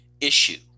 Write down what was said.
issue